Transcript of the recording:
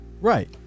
Right